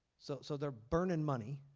so so they are burning money